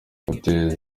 guteza